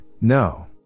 no